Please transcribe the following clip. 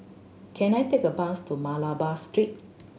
can I take a bus to Malabar Street